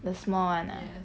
the small [one] ah